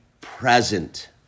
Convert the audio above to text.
present